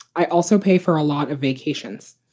i also pay for a lot of vacations.